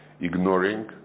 ignoring